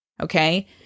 okay